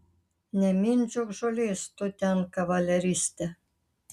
nemindžiok žolės tu ten kavaleriste